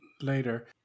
later